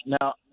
Now